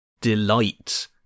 delight